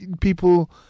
people